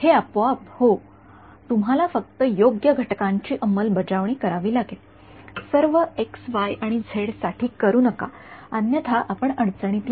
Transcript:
हे आपोआप होय तुम्हाला फक्त योग्य घटकांची अंमलबजावणी करावी लागेल सर्व एक्स वाय आणि झेड साठी करू नका अन्यथा आपण अडचणीत याल